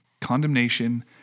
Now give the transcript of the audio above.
condemnation